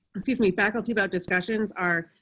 excuse me, faculty about discussions are.